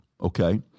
Okay